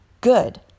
good